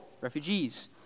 refugees